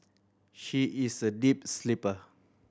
she is a deep sleeper